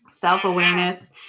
self-awareness